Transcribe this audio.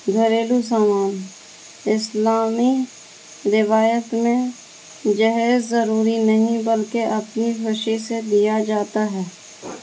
گھریلو سامان اسلامی روایت میں جہیز ضروری نہیں بلکہ اپنی خوشی سے دیا جاتا ہے